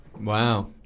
Wow